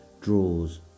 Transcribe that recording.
draws